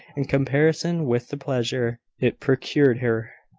in comparison with the pleasure it procured her.